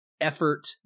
effort